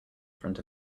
front